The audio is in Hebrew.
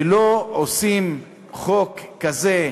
ולא עושים חוק כזה,